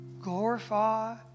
glorify